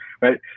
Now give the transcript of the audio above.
right